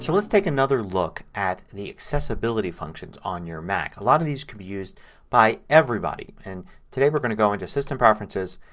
so let's take another look at the accessibility functions on your mac. a lot of these can be used by everybody. and today we're going to go into system preferences,